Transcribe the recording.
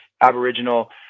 Aboriginal